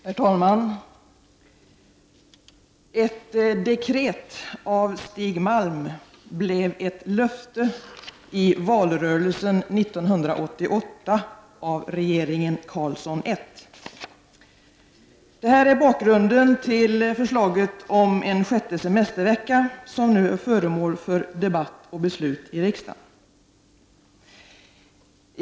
Herr talman! Ett dekret av Stig Malm blev till ett löfte i valrörelsen 1988 av regeringen Carlsson I. Detta är bakgrunden till förslaget om en sjätte semestervecka, som nu är föremål för debatt och beslut i riksdagen.